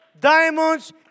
diamonds